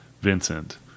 Vincent